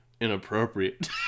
inappropriate